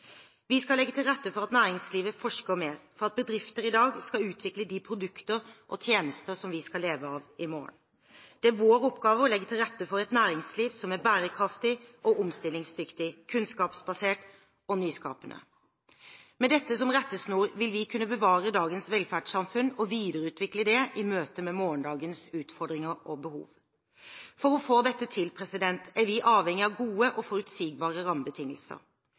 Vi skal legge til rette for at næringslivet forsker mer, for at bedrifter i dag skal utvikle de produkter og tjenester som vi skal leve av i morgen. Det er vår oppgave å legge til rette for et næringsliv som er bærekraftig og omstillingsdyktig, kunnskapsbasert og nyskapende. Med dette som rettesnor vil vi kunne bevare dagens velferdssamfunn og videreutvikle det i møte med morgendagens utfordringer og behov. For å få til dette er vi avhengig av gode og forutsigbare rammebetingelser.